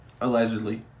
Allegedly